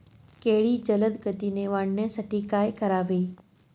केळी जलदगतीने वाढण्यासाठी काय करावे?